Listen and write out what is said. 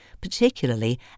particularly